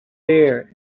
bear